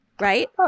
right